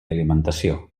alimentació